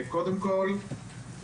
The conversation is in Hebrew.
קודם כול,